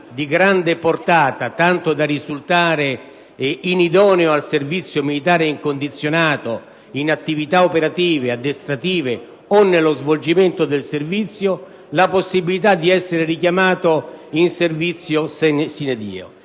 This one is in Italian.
di grande portata, tanto da risultare inidoneo al servizio militare incondizionato, in attività operative, addestrative o nello svolgimento del servizio la possibilità di essere richiamato in servizio *sine die*.